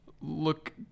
look